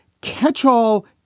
catch-all